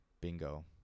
Bingo